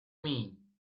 mean